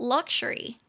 Luxury